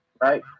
right